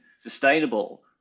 sustainable